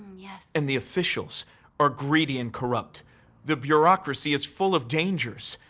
yes. and the officials are greedy and corrupt the bureaucracy is full of dangers.